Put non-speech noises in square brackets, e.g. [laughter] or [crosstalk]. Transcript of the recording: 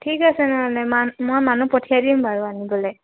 ঠিক আছে নহ'লে [unintelligible] মই মানুহ পঠিয়াই দিম বাৰু আনিবলে